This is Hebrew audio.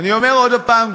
אני אומר עוד הפעם,